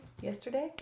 yesterday